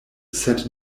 sed